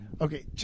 Okay